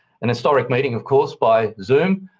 an historic meeting, of course, by zoom.